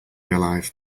alive